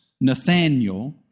Nathaniel